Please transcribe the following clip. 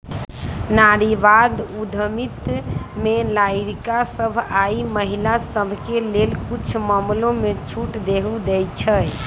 नारीवाद उद्यमिता में लइरकि सभ आऽ महिला सभके लेल कुछ मामलामें छूट सेहो देँइ छै